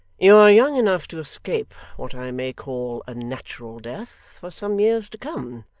you are young enough to escape what i may call a natural death for some years to come.